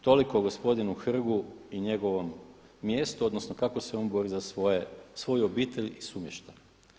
Toliko o gospodinu Hrgu i njegovom mjestu odnosno kako se on bori za svoju obitelj i sumještane.